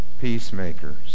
Peacemakers